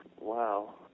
wow